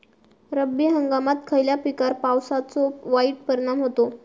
रब्बी हंगामात खयल्या पिकार पावसाचो वाईट परिणाम होता?